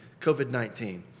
COVID-19